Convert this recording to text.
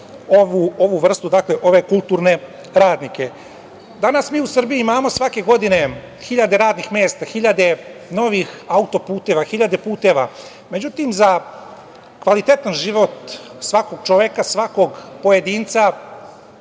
ovu vrstu ove kulturne radnike. Danas mi u Srbiji imamo svake godine hiljade radnih mesta, hiljade novih autoputeva, hiljade puteva. Međutim, za kvalitetan život svakog čoveka, svakog pojedinca